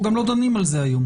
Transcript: אנחנו גם לא דנים על זה היום,